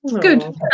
Good